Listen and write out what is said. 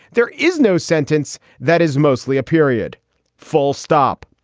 there is no sentence that is mostly a period full stop.